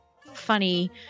funny